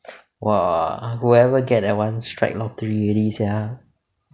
!wah! whoever get that [one] strike lottery already sia